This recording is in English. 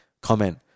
comment